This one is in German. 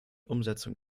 umsetzung